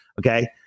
Okay